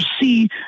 see